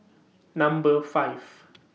Number five